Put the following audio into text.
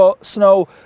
snow